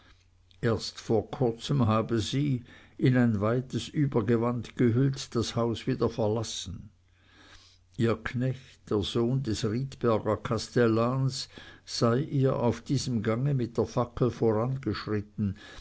erst vor kurzem habe sie in ein weites obergewand gehüllt das haus wieder verlassen ihr knecht der sohn des riedberger kastellans sei ihr auf diesem gange mit der fackel vorangeschritten